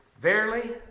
Verily